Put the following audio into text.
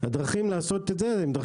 יש דרכים אחרות לעשות את זה.